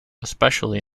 especially